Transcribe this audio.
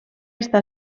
està